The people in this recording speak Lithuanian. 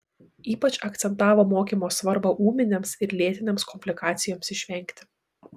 ypač akcentavo mokymo svarbą ūminėms ir lėtinėms komplikacijoms išvengti